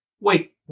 Wait